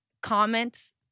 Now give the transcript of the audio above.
comments